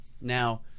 Now